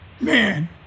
Man